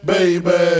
Baby